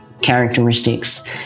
characteristics